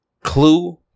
clue